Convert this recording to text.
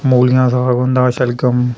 मूलियां साग होंदा शलगम